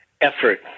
effort